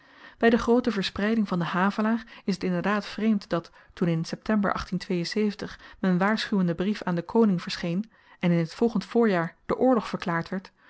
by de groote verspreiding van den havelaar is t inderdaad vreemd dat toen in september m'n waarschuwende brief aan den koning verscheen en in t volgend voorjaar de oorlog verklaard werd